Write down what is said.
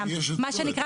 מה שנקרא